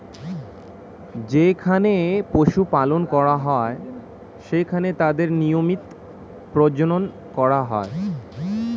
যেখানে পশু পালন করা হয়, সেখানে তাদের নিয়মিত প্রজনন করা হয়